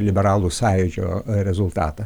liberalų sąjūdžio rezultatą